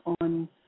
on